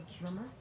drummer